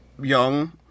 young